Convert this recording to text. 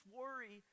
worry